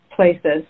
Places